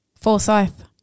Forsyth